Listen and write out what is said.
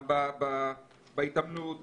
גם בהתעמלות,